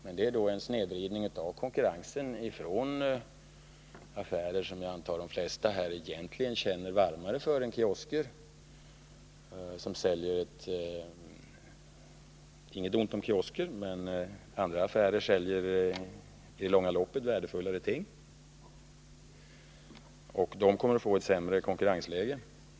Men det är då en snedvridning av konkurrensen i förhållande till affärer som jag antar att de flesta här egentligen känner varmare för än kiosker. Inget ont om kiosker, men andra affärer säljer i det långa loppet värdefullare ting, dessa andra affärer kommer att få ett sämre konkurrensläge.